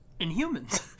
Inhumans